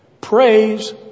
Praise